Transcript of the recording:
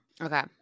Okay